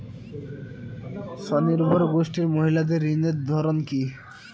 স্বনির্ভর গোষ্ঠীর মহিলাদের ঋণের ধরন কি?